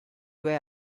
due